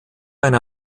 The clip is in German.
eine